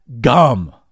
gum